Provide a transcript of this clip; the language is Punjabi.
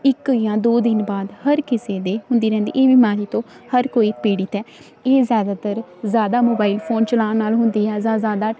ਇੱਕ ਜਾਂ ਦੋ ਦਿਨ ਬਾਅਦ ਹਰ ਕਿਸੇ ਦੇ ਹੁੰਦੀ ਰਹਿੰਦੀ ਇਹ ਬਿਮਾਰੀ ਤੋਂ ਹਰ ਕੋਈ ਪੀੜਿਤ ਹੈ ਇਹ ਜ਼ਿਆਦਾਤਰ ਜ਼ਿਆਦਾ ਮੋਬਾਈਲ ਫੋਨ ਚਲਾਉਣ ਨਾਲ ਹੁੰਦੀ ਹੈ ਜਾਂ ਜ਼ਿਆਦਾ